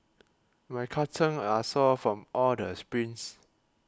my calves are sore from all the sprints